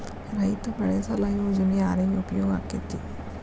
ರೈತ ಬೆಳೆ ಸಾಲ ಯೋಜನೆ ಯಾರಿಗೆ ಉಪಯೋಗ ಆಕ್ಕೆತಿ?